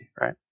right